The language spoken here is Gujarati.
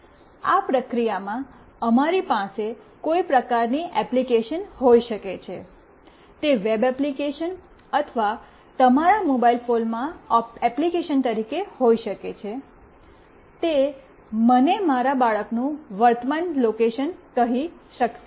આ પ્રક્રિયામાં અમારી પાસે કોઈ પ્રકારની એપ્લિકેશન હોઈ શકે છે તે વેબ એપ્લિકેશન અથવા તમારા મોબાઇલ ફોનમાં એપ્લિકેશન તરીકે હોઈ શકે છે તે મને મારા બાળકનું વર્તમાન લોકેશન કહી શકશે